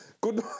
Good